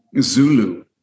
zulu